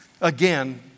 Again